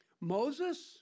Moses